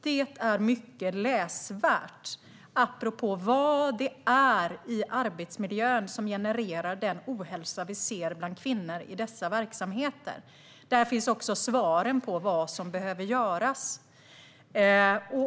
Det är mycket läsvärt, apropå vad det är i arbetsmiljön som genererar den ohälsa vi ser bland kvinnor i dessa verksamheter. Där finns också svaren på vad som behöver göras.